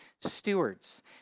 stewards